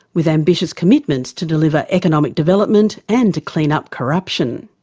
with ambitious commitments to deliver economic development and to clean up corruption.